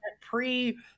pre